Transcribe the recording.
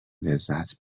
لذت